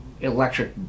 electric